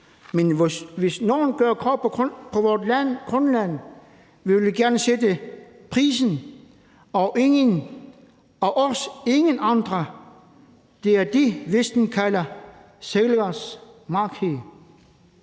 Men hvis nogen gør krav på vort land, Grønland, vil vi gerne selv sætte prisen, os og ingen andre. Det er det, Vesten kalder sælgers marked.